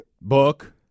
Book